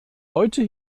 heute